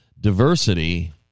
Diversity